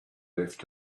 left